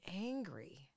angry